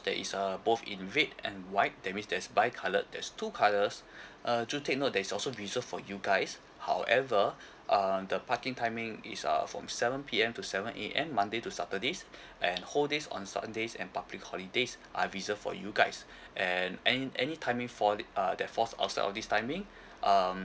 that is uh both in red and white that means there's by coloured there's two colours uh do take note that is also reserve for you guys however um the parking timing is err from seven P_M to seven A_M monday to saturdays and whole day's on seven days and public holidays are reserved for you guys and any any timing for that uh that falls outside of this timing um